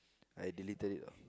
I deleted it ah